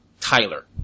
Tyler